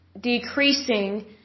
decreasing